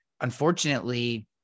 unfortunately